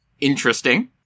Interesting